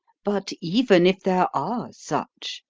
but even if there are such,